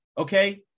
okay